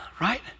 Right